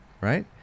Right